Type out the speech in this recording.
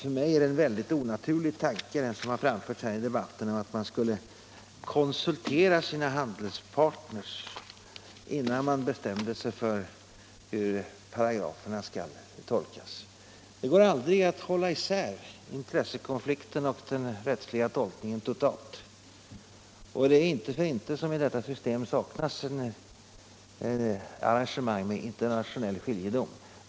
För mig är det en onaturlig tanke som har framförts här i debatten att man skulle konsultera sina handelspartners innan man bestämde sig för hur dessa paragrafer skall tolkas. Det går aldrig att totalt hålla isär intressekonflikten och den rättsliga tolkningen, och det är inte för intet som det i detta system saknas arrangemang med internationell skiljedom.